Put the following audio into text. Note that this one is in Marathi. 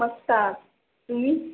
मस्त आहात तुम्ही